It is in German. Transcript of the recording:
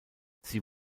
sie